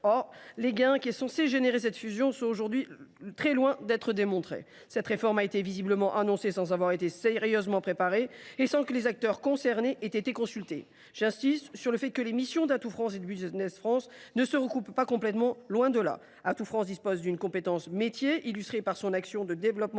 Or les gains qu’est censée assurer cette fusion sont aujourd’hui très loin d’être démontrés. Cette réforme a été visiblement annoncée sans avoir été sérieusement préparée et sans que les acteurs concernés aient été consultés. Les missions d’Atout France et Business France ne se recoupent pas totalement. Atout France dispose d’une compétence métiers, illustrée par son action de développement